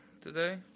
today